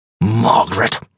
Margaret